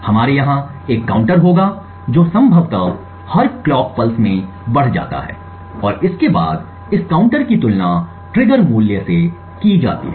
हमारे यहाँ एक काउंटर होगा जो संभवतः हर कलॉक पल्स में बढ़ जाता है और इसके बाद इस काउंटर की तुलना ट्रिगर मूल्य से की जाती है